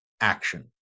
action